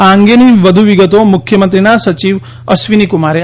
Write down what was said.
આ અંગેની વધુ વિગતો મુખ્યમંત્રીના સચિવ અશ્વિનીકુમારે આપી છે